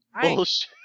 bullshit